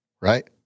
right